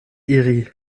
iri